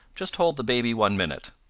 just hold the baby one minute.